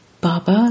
Baba